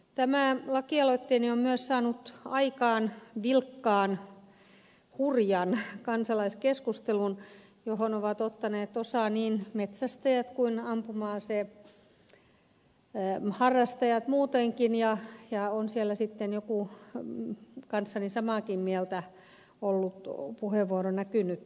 tämä lakialoitteeni on myös saanut aikaan vilkkaan hurjan kansalaiskeskustelun johon ovat ottaneet osaa niin metsästäjät kuin ampuma aseharrastajat muutenkin ja on siellä sitten joku kanssani samaakin mieltä ollut puheenvuoro näkynyt